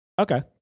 Okay